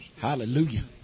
Hallelujah